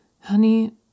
Honey